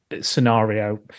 scenario